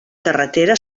carretera